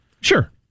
Sure